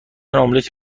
املت